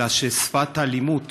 אלא ששפת האלימות